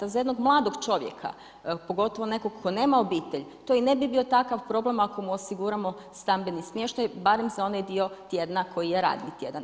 A za jednog mladog čovjeka, pogotovo nekog tko nema obitelj, to i ne bi bio takav problem ako mu osiguramo stambeni smještaj barem za onaj dio tjedna koji je radni tjedan.